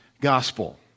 gospel